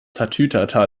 tatütata